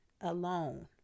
alone